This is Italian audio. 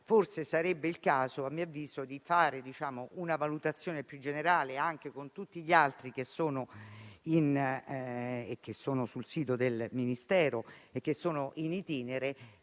forse sarebbe il caso di fare una valutazione più generale anche con tutti gli altri piani che sono sul sito del Ministero e che sono *in itinere*